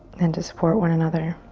and to support one another